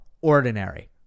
ordinary